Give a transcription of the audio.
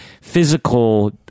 physical